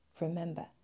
Remember